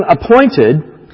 appointed